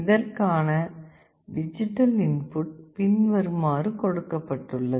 இதற்கான digital input பின்வருமாறு கொடுக்கப்பட்டுள்ளது